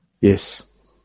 yes